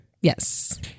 yes